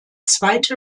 zweite